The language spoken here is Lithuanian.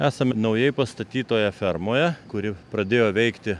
esame naujai pastatytoje fermoje kuri pradėjo veikti